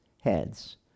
heads